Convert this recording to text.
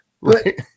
Right